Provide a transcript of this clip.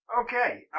Okay